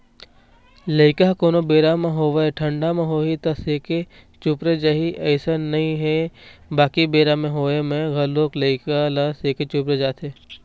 लइका ह कोनो बेरा म होवय ठंडा म होही त सेके चुपरे जाही अइसन नइ हे बाकी बेरा के होवब म घलोक लइका ल सेके चुपरे जाथे